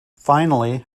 finally